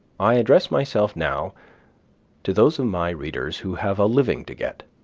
i address myself now to those of my readers who have a living to get.